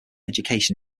education